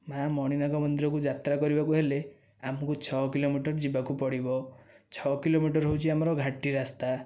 ମା' ମଣିନାଗ ମନ୍ଦିର କୁ ଯାତ୍ରା କରିବାକୁ ହେଲେ ଆମକୁ ଛଅ କିଲୋମିଟର ଯିବାକୁ ପଡ଼ିବ ଛଅ କିଲୋମିଟର ହେଉଛି ଆମର ଘାଟି ରାସ୍ତା